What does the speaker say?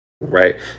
right